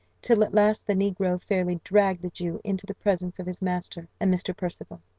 till at last the negro fairly dragged the jew into the presence of his master and mr. percival.